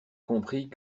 comprit